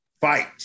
fight